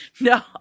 no